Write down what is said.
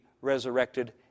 resurrected